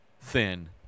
thin